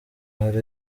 hari